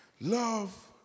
Love